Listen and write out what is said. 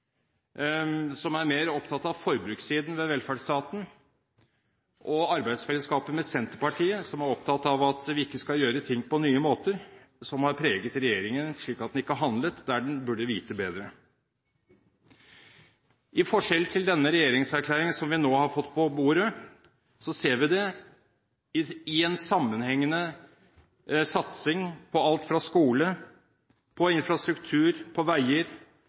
som er mer opptatt av forbrukssiden ved velferdsstaten, og arbeidsfellesskapet med Senterpartiet, som er opptatt av at vi ikke skal gjøre ting på nye måter, som har preget regjeringen, slik at den ikke handlet der den burde vite bedre. I denne regjeringserklæringen som vi nå har fått på bordet, ser vi en sammenhengende satsing på alt fra skole, infrastruktur, veier,